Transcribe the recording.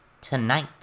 tonight